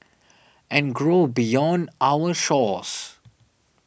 and grow beyond our shores